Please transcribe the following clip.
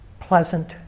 pleasant